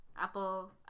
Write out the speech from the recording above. apple